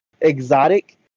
exotic